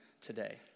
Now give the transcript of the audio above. today